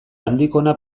andikona